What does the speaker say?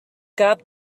got